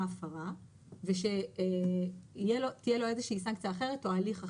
הפרה ושתהיה לו איזושהי סנקציה אחרת או הליך אחר.